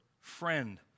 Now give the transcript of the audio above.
friend